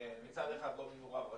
מצד אחד לא מינו רב ראשי,